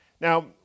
Now